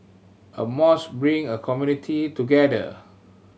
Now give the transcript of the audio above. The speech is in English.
a mosque bring a community together